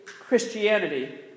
Christianity